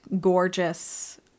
gorgeous